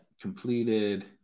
completed